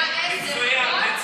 היה עשר, נכון?